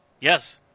Yes